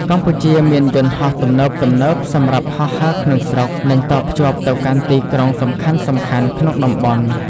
កម្ពុជាមានយន្តហោះទំនើបៗសម្រាប់ហោះហើរក្នុងស្រុក និងតភ្ជាប់ទៅកាន់ទីក្រុងសំខាន់ៗក្នុងតំបន់។